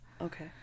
Okay